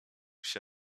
się